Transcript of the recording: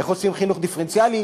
איך עושים חינוך דיפרנציאלי?